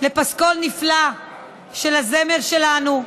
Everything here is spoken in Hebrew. לפסקול נפלא של הזמר שלנו,